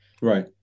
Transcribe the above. Right